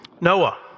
Noah